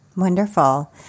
Wonderful